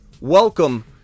welcome